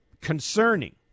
concerning